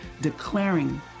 declaring